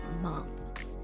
month